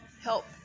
help